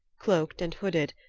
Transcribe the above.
cloaked and hooded,